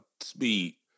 speed